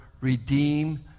redeem